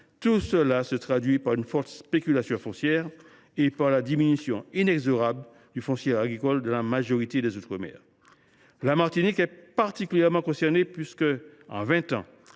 situation se traduit par une forte spéculation foncière et par la diminution inexorable du foncier agricole dans la majorité des territoires d’outre mer. La Martinique est particulièrement concernée puisque, en vingt ans,